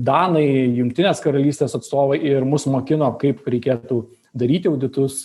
danai jungtinės karalystės atstovai ir mus mokino kaip reikėtų daryti auditus